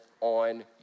on